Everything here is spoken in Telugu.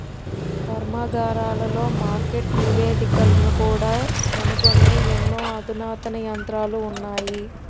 కర్మాగారాలలో మార్కెట్ నివేదికలను కూడా కనుగొనే ఎన్నో అధునాతన యంత్రాలు ఉన్నాయి